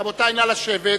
רבותי, נא לשבת.